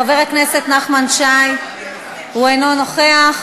חבר הכנסת נחמן שי, אינו נוכח.